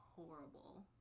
horrible